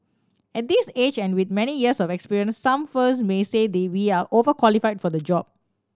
at this age and with many years of experience some firms may say they we are overqualify for the job